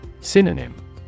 Synonym